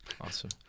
Awesome